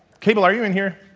cabel, are you in here?